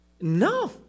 no